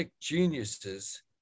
geniuses